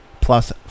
plus